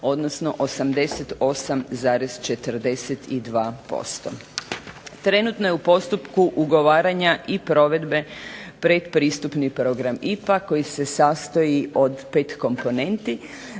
odnosno 88,42%. Trenutno je u postupku ugovaranja i provedbe pretpristupni program IPA, koji se sastoji od 5 komponenti,